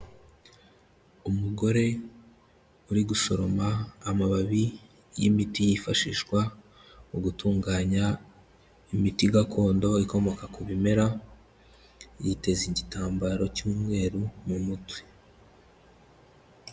Umugore uri gusoroma amababi y'imiti yifashishwa mu gutunganya imiti gakondo ikomoka ku bimera, yiteze igitambaro cy'umweru mu mutwe.